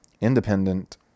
independent